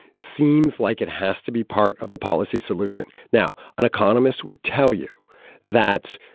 seems like it has to be part of the policy solution now, an economist would tell you that